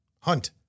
Hunt